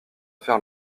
faire